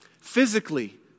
Physically